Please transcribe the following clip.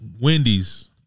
Wendy's